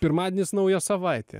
pirmadienis nauja savaitė